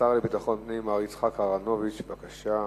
השר לביטחון פנים, מר יצחק אהרונוביץ, בבקשה.